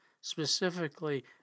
Specifically